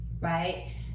right